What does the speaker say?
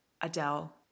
Adele